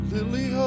Lily